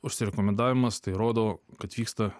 užsirekomendavimas tai rodo kad vyksta